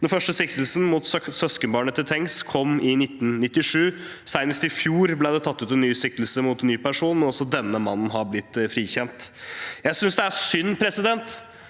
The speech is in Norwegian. Det første siktelsen, mot søskenbarnet til Tengs, kom i 1997. Senest i fjor ble det tatt ut siktelse mot en ny person, men også denne mannen har blitt frikjent. Jeg synes det er synd at